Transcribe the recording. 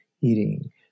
eating